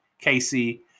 Casey